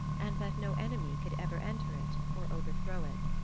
and that no enemy could ever enter it or overthrow it.